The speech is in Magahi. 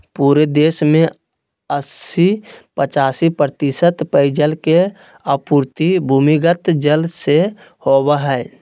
पूरे देश में अस्सी पचासी प्रतिशत पेयजल के आपूर्ति भूमिगत जल से होबय हइ